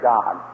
God